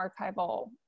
archival